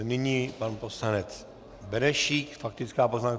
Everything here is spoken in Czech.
Nyní pan poslanec Benešík, faktická poznámka.